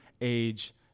age